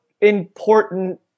important